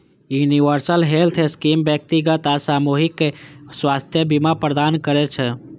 universal health scheme व्यक्तिगत आ सामूहिक स्वास्थ्य बीमा प्रदान करै छै